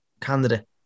candidate